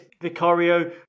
Vicario